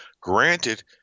Granted